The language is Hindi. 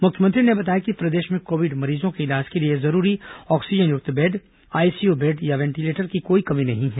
मुख्यमंत्री ने बताया कि प्रदेश में कोविड मरीजों के इलाज के लिए जरूरी ऑक्सीजनयुक्त बेड आईसीयू बेड या वेंटीलेटर की कोई कमी नहीं है